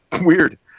weird